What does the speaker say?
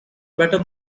better